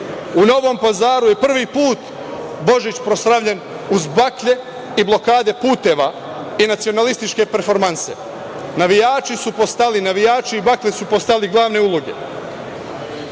Novom Pazaru je prvi put Božić proslavljen uz baklje i blokade puteva i nacionalističke performanse. Navijači su postali, navijači i baklje su postale glavne uloge.